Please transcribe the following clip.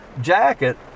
jacket